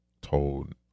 told